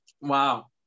wow